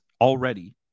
already